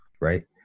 right